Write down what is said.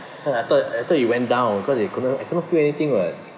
I thought I thought it went down because I couldn't I cannot feel anything [what]